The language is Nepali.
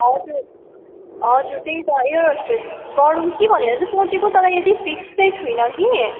हजुर हजुर त्यही त एयर हस्टेस गरौँ कि भनेर सोचेको तर त्यति फिक्स चाहिँ छुइनँ कि